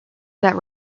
that